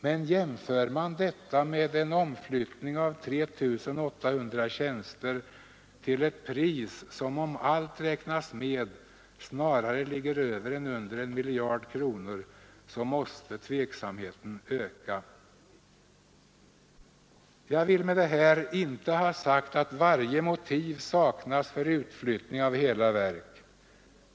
Men jämför man detta med kostnaderna för en omflyttning av 3 800 tjänster som om allt räknas med snarare ligger över än under 1 miljard kronor så måste tveksamheten öka. Jag vill med det här inte ha sagt att varje motiv saknas för utflyttning av hela verk.